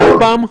עוד פעם?